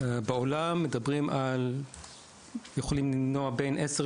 בעולם מדברים על כך שיכולים למנוע בין עשרה